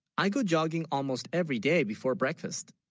i go, jogging almost every day before breakfast